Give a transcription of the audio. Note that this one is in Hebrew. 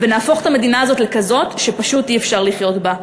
ונהפוך את המדינה הזאת לכזאת שפשוט אי-אפשר לחיות בה.